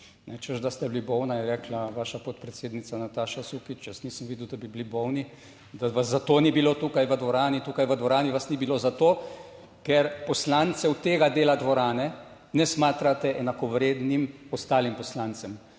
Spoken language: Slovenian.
češ, da ste bili bolna, je rekla vaša podpredsednica Nataša Sukič, jaz nisem videl, da bi bili bolni, da vas za to ni bilo tukaj v dvorani. Tukaj v dvorani vas ni bilo, zato, ker poslancev tega dela dvorane ne smatrate enakovredni ostalim poslancem.